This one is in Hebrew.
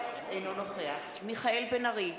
אינו נוכח מיכאל בן-ארי,